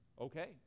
okay